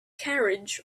carriage